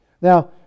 Now